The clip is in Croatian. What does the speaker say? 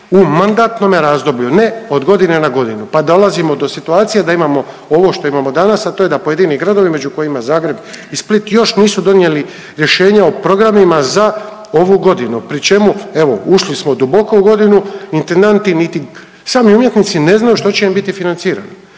u mandatnome razdoblju. Ne od godine na godinu, pa dolazimo do situacije da imamo ovo što imamo danas, a to je da pojedini gradovi među kojima Zagreb i Split još nisu donijeli rješenje o programima za ovu godinu pri čemu evo ušli smo duboko u godinu intendanti niti, sami umjetnici ne znaju što će im biti financirano.